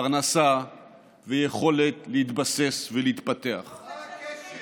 פרנסה ויכולת להתבסס ולהתפתח, מה הקשר?